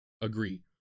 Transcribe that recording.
Agree